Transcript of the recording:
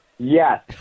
Yes